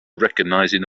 recognizing